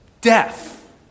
Death